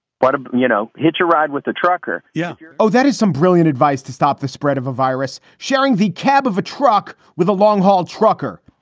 but, you know, hitch a ride with the trucker. yeah yeah oh, that is some brilliant advice to stop the spread of a virus sharing the cab of a truck with a long haul trucker.